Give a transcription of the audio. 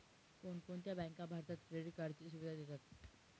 कोणकोणत्या बँका भारतात क्रेडिट कार्डची सुविधा देतात?